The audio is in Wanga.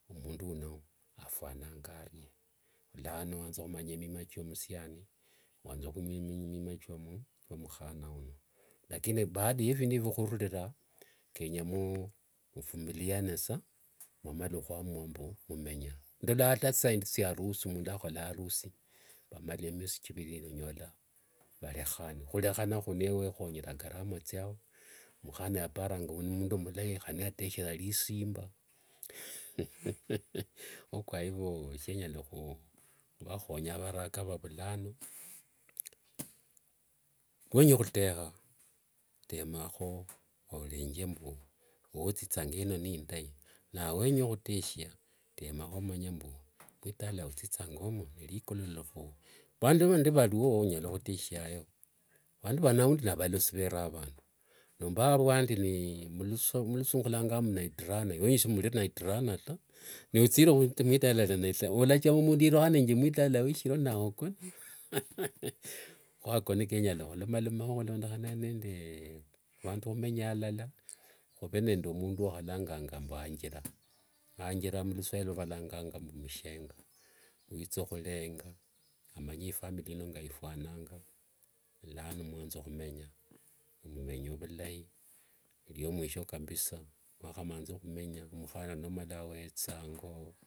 Omundu uno afwanangarie. Khulano waanza khumanya mima chia musiani waanza mukhana uno. Lakini baada ya ephindu efyo khururila, kenya mfumiliane sa, mwamala kuamua mbu khumenya. Ndola sa thisaa thindi thiarusi, mundu akhola arusi vamala miosi chiviri nonyola valekhana. Khulekhana khuno ewe wekhonyera gharama thiao. Mukhana yaparanga mundu uno n mlai, khane yateshia sa lisimba kho kwa ivo, esie khuvakhonya avarakaa va khulano, nuwenya khutekha temakho khulenga mbwo thithanga eyo nindai, nawe niwenye khuteshia temakho khumanya mbu litala lia khuthithanga omo nelikololofu vandu vandi valio onyala khuteshiayo nani valolisi veranga avandu nomba avandi mlusungu khulanganga mbu night runner, wenyu simuli night runner taa, nothire mlitala lia night runner walachama mundu yerukhane mtalaa mwo nawe okona kho ako nikenyala khulomalomakho khulondekhana nende vandu khumenya alala, khuve nende mundu wakhwalanganga wanjira, anjira muluswakhiri valanganga mbu mushenga, withokhulenga, amanye ifamily ino ngaifwananga khulano mwanze khumenya. Vumenya vulai. Liomwisho kabisa mwakhavantha khumenya.